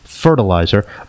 fertilizer